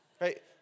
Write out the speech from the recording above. Right